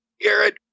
Garrett